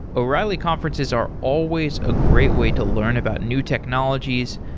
o'reilly conferences are always a great way to learn about new technologies,